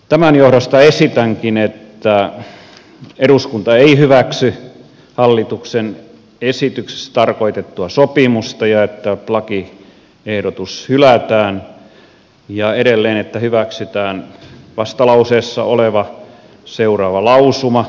tämän johdosta esitänkin että eduskunta ei hyväksy hallituksen esityksessä tarkoitettua sopimusta ja että lakiehdotus hylätään ja edelleen että hyväksytään vastalauseessa oleva seuraava lausuma